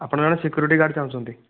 ଆପଣ ତାହାହେଲେ security guard ଚାହୁଁଛନ୍ତି